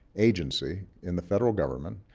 agency in the federal government